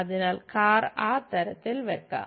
അതിനാൽ കാർ ആ തരത്തിൽ വെക്കാം